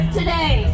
today